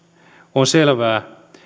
on selvää